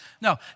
No